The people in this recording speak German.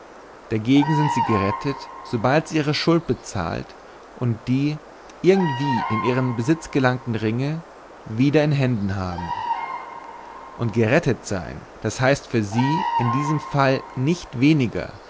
dagegen sind sie gerettet sobald sie ihre schuld bezahlt und die irgendwie in ihren besitz gelangten ringe wieder in händen haben und gerettet sein das heißt für sie in diesem fall nicht weniger